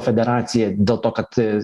federaciją dėl to kad